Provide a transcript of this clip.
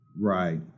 Right